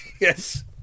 Yes